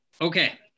Okay